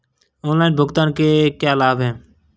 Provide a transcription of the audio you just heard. Online भुगतान के क्या लाभ हैं?